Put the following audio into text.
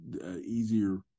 easier